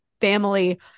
family